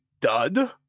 Dud